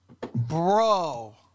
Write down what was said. bro